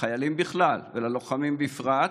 לחיילים בכלל וללוחמים בפרט,